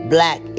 Black